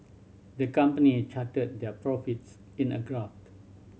the company charted their profits in a graph